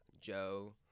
Joe